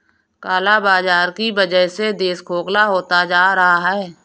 काला बाजार की वजह से देश खोखला होता जा रहा है